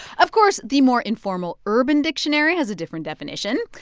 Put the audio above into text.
of course, the more informal urban dictionary has a different definition.